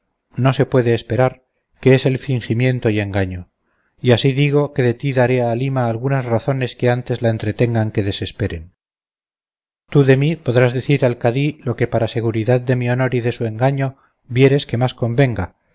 no se puede esperar que es el fingimiento y engaño y así digo que de ti daré a halima algunas razones que antes la entretengan que desesperen tú de mí podrás decir al cadí lo que para seguridad de mi honor y de su engaño vieres que más convenga